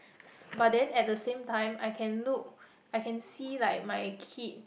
~s but then at the same time I can look I can see like my kid